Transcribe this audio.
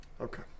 okay